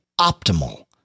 optimal